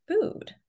food